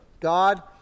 God